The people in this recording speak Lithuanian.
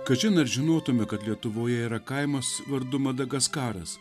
kažin ar žinotume kad lietuvoje yra kaimas vardu madagaskaras